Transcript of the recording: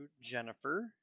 Jennifer